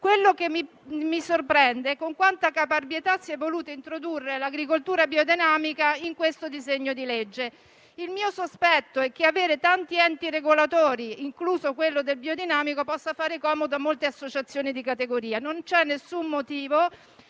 Ciò che mi sorprende è la caparbietà con cui si è voluto introdurre l'agricoltura biodinamica nel disegno di legge in esame. Il mio sospetto è che avere tanti enti regolatori, incluso quello del biodinamico, possa far comodo a molte associazioni di categoria. Non vi è alcun motivo